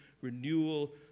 renewal